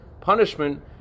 punishment